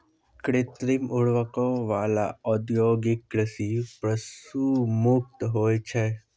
कृत्रिम उर्वरको वाला औद्योगिक कृषि पशु मुक्त होय छै